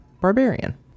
barbarian